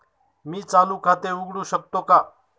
मी चालू खाते उघडू शकतो का?